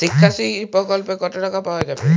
শিক্ষাশ্রী প্রকল্পে কতো টাকা পাওয়া যাবে?